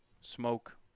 smoke